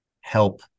help